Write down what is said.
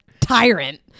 tyrant